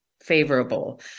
favorable